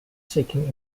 seeking